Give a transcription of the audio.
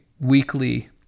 weekly